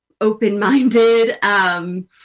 open-minded